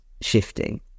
shifting